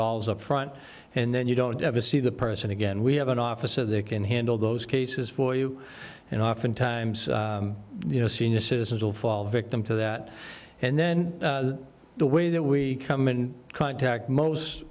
dollars up front and then you don't ever see the person again we have an officer that can handle those cases for you and oftentimes you know senior citizens will fall victim to that and then the way that we come in contact most